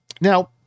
now